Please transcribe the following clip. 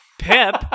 Pip